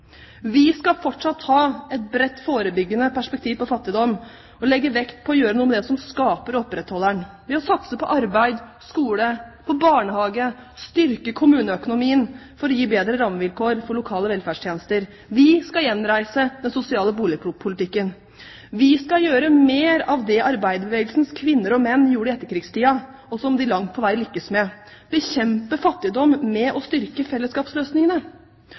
Vi skal fortsatt ha et bredt, forebyggende perspektiv på fattigdom og legge vekt på å gjøre noe med det som skaper og opprettholder den ved å satse på arbeid, skole og barnehage, og ved å styrke kommuneøkonomien for å gi bedre rammevilkår for lokale velferdstjenester. Vi skal gjenreise den sosiale boligpolitikken. Vi skal gjøre mer av det som arbeiderbevegelsens kvinner og menn gjorde i etterkrigstiden, og som de langt på vei lyktes med – bekjempe fattigdom ved å styrke fellesskapsløsningene.